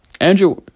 Andrew